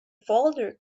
folder